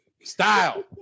style